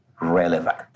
relevant